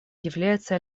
является